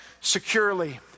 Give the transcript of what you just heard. securely